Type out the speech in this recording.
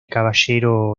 caballero